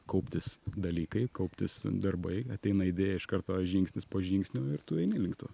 kauptis dalykai kauptis darbai ateina idėja iš karto žingsnis po žingsnio ir tu eini link to